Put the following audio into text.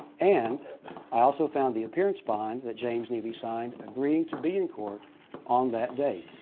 and i also found the appearance bond that james neely signed agreeing to be in court on that day.